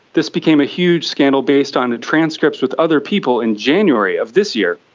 this became a huge scandal based on ah transcripts with other people in january of this year,